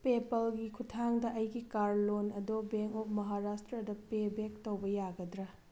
ꯄꯦꯄꯥꯜꯒꯤ ꯈꯨꯊꯥꯡꯗ ꯑꯩꯒꯤ car loan ꯑꯗꯨ ꯕꯦꯡ ꯑꯣꯐ ꯃꯍꯥꯔꯥꯁꯇ꯭ꯔꯗ ꯄꯦ ꯕꯦꯛ ꯇꯧꯕ ꯌꯥꯒꯗ꯭ꯔꯥ